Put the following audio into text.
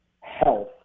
health